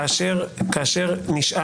כאשר נשאל